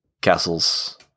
castles